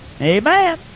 Amen